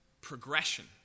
progression